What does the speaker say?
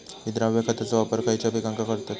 विद्राव्य खताचो वापर खयच्या पिकांका करतत?